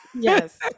Yes